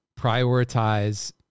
prioritize